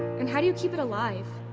and how do you keep it alive?